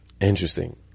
Interesting